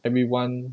everyone